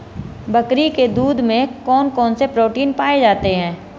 बकरी के दूध में कौन कौनसे प्रोटीन पाए जाते हैं?